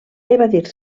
evadir